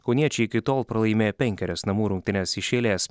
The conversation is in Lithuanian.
kauniečiai iki tol pralaimėjo penkerias namų rungtynes iš eilės